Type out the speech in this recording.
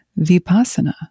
vipassana